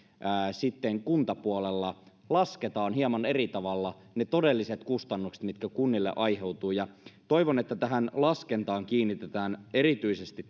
sitten kuntapuolella lasketaan hieman eri tavalla ne todelliset kustannukset mitkä kunnille aiheutuvat ja toivon että tähän laskentaan kiinnitetään erityisesti